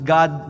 God